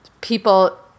people